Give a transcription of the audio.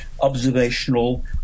observational